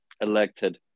elected